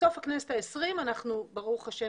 בסוף הכנסת ה-20 אנחנו, ברוך השם